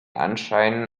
anschein